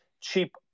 cheap